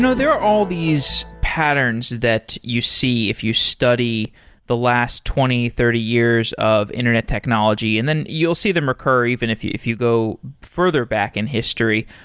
there are all these patterns that you see if you study the last twenty, thirty years of internet technology. and then you'll see them recur, even if you if you go further back in history.